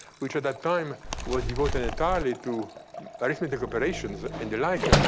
which at that time was devoted entirely to arithmetic operations and the like,